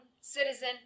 citizen